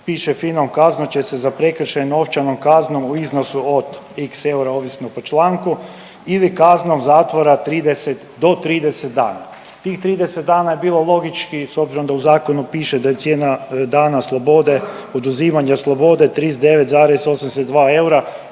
piše fino: „Kaznit će se za prekršaj novčanom kaznom u iznosu od x eura ovisno po članku ili kaznom zatvora do 30 dana.“ Tih 30 dana je bilo logički s obzirom da u zakonu piše da je cijena dana slobode oduzimanje od slobode 39,82 eura.